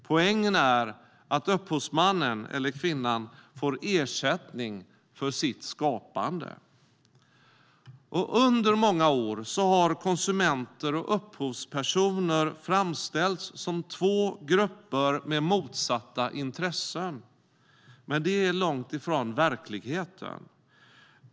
Poängen är att upphovsmannen, eller kvinnan, får ersättning för sitt skapande. Under många år har konsumenter och upphovspersoner framställts som två grupper med motsatta intressen. Det är långt från verkligheten.